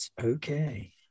okay